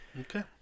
Okay